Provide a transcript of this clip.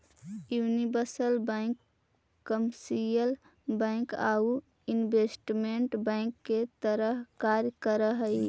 universal bank commercial bank आउ investment bank के तरह कार्य कर हइ